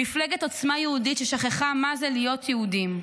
מפלגת עוצמה יהודית ששכחה מה זה להיות יהודים,